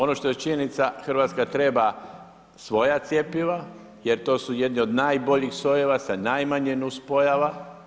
Ono što je činjenice Hrvatska treba svoja cjepiva, jer to su jedni od najboljih sojeva, sa najmanje nuspojava.